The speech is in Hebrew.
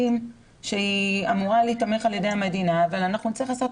שהיא אמורה להיתמך על ידי המדינה אבל נצטרך לעשות